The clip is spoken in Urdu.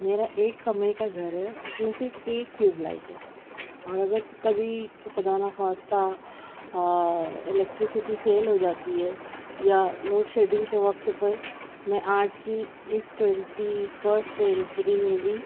میرا ایک کمرے کا گھر ہے اس میں صرف ایک ٹیوب لائٹ ہے اور اگر کبھی خدا نہ خواستہ الکیٹریسٹی فیل ہو جاتی ہے یا لوڈ شیڈنگ کے وقت پر میں آج کی اس ٹونٹی فسٹ سنچری میں بھی